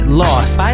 lost